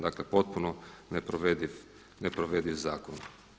Dakle potpuno neprovediv zakon.